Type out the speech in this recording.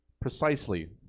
precisely